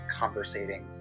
conversating